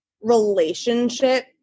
relationship